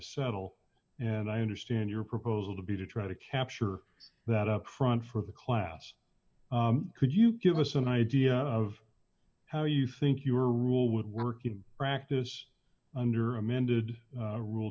settle and i understand your proposal to be to try to capture that up front for the class could you give us an idea of how you think your rule would work in practice under amended rule